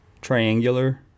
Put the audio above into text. triangular